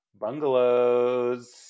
Bungalows